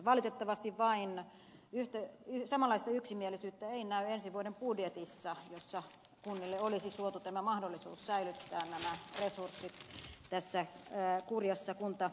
valitettavasti vain samanlaista yksimielisyyttä ei näy ensi vuoden budjetissa jossa kunnille olisi suotu tämä mahdollisuus säilyttää nämä resurssit tässä kurjassa kuntataloustilanteessa